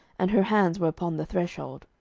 and her hands were upon the threshold.